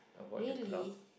really